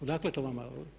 Odakle to vama?